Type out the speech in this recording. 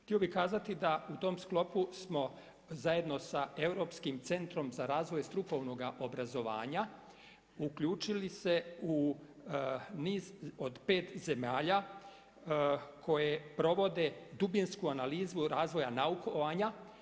Htio bih kazati da u tom sklopu smo zajedno sa Europskim centrom za razvoj strukovnoga obrazovanja uključili se u niz od 5 zemalja, koje provode dubinsku analizu razvoja naukovanja.